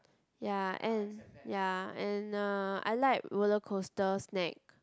ya and ya and uh I like rollercoaster snack